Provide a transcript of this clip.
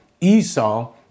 Esau